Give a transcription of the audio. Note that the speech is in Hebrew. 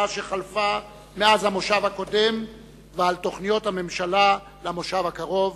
שחלפה ועל תוכניות הממשלה למושב הקרוב.